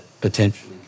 potentially